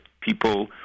people